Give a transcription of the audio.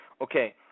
okay